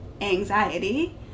anxiety